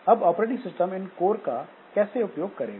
अब operating system इन core का कैसे उपयोग करेगा